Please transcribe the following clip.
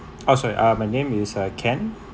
oh sorry uh my name is uh ken